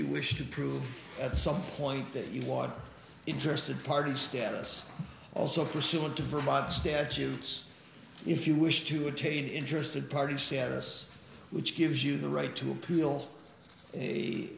you wish to prove at some point that you was interested party status also pursuant to vermont statutes if you wish to obtain interested party status which gives you the right to a